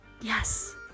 yes